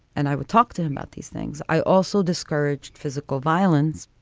and i will talk to him about these things. i also discouraged physical violence,